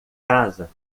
casa